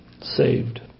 saved